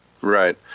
Right